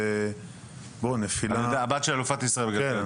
זה נפילה -- הבת שלי אלופת ישראל בגלגיליות,